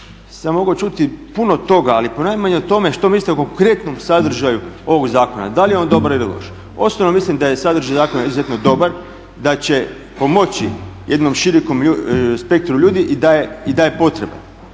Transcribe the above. sam mogao čuti puno toga ali ponajmanje o tome što mislite o konkretnom sadržaju ovog zakona, da li je on dobar ili loš. Uostalom mislim da je sadržaj zakona izuzetno dobar, da će pomoći jednom širokom spektru ljudi i da je potreban.